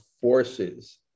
forces